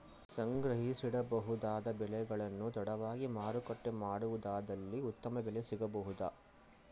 ಸಂಗ್ರಹಿಸಿಡಬಹುದಾದ ಬೆಳೆಗಳನ್ನು ತಡವಾಗಿ ಮಾರಾಟ ಮಾಡುವುದಾದಲ್ಲಿ ಉತ್ತಮ ಬೆಲೆ ಸಿಗಬಹುದಾ?